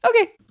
Okay